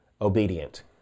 obedient